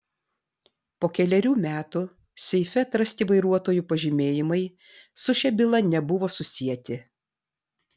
po kelerių metų seife atrasti vairuotojų pažymėjimai su šia byla nebuvo susieti